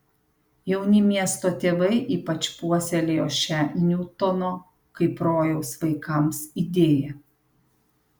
jauni miesto tėvai ypač puoselėjo šią niutono kaip rojaus vaikams idėją